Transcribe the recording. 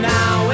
Now